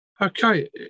Okay